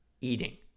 eating